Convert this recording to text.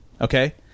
Okay